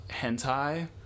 hentai